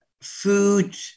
food